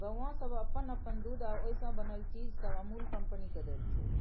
गौआँ सब अप्पन अप्पन दूध आ ओइ से बनल चीज सब अमूल कंपनी केँ दैत छै